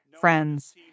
friends